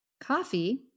coffee